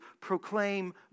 proclaim